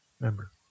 member